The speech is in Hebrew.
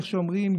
איך שאומרים,